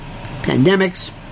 pandemics